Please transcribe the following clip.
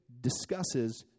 discusses